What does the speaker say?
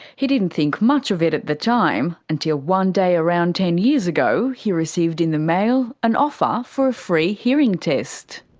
he didn't think much of it at the time, until one day around ten years ago he received in the mail an offer for a free hearing test.